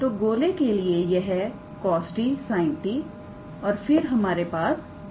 तो गोले के लिए यह cos t sin t और फिर हमारे पास cos t होगा